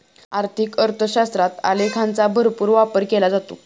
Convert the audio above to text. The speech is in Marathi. आर्थिक अर्थशास्त्रात आलेखांचा भरपूर वापर केला जातो